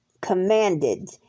commanded